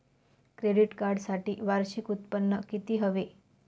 Credit कार्डसाठी वार्षिक उत्त्पन्न किती हवे?